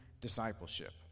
discipleship